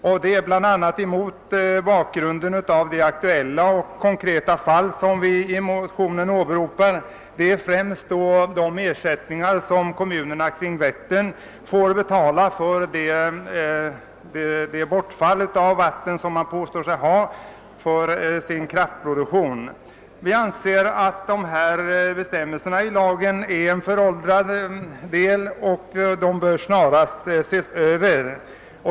Bakgrunden är bl.a. aktuella och konkreta fall som vi åberopar i motionen — det gäller främst de ersätt ningar som kommunerna kring Vättern får betala för det bortfall av vatten för kraftproduktion som ägarna påstår att de har åsamkats. Vi anser att bestämmelserna i lagen är föråldrade och snarast bör ses över.